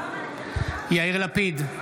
נגד יאיר לפיד,